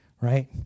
right